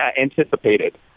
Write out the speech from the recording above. anticipated